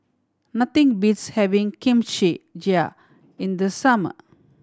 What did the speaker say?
nothing beats having Kimchi Jjigae in the summer